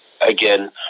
again